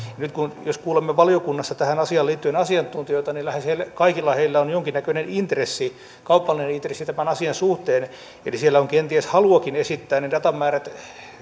nyt kun kuulemme valiokunnassa tähän asiaan liittyen asiantuntijoita lähes kaikilla heillä on jonkinnäköinen intressi kaupallinen intressi tämän asian suhteen eli siellä on kenties haluakin esittää ne datamäärät